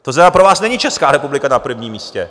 To znamená, pro vás není Česká republika na prvním místě.